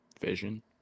vision